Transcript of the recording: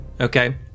Okay